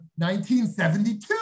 1972